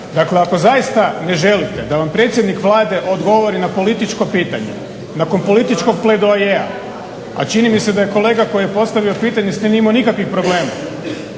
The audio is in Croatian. Dakle ako zaista ne želite da vam predsjednik Vlade odgovori na političko pitanje nakon političkog pledoajea, a čini mi se da je kolega koji je postavio pitanje s tim nije imao nikakvih problema,